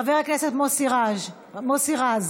חבר הכנסת מוסי רז מוותר,